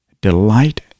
Delight